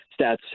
stats